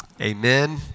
Amen